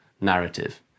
narrative